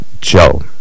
Joe